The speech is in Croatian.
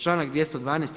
Članak 212.